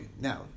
now